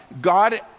God